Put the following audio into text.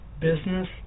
business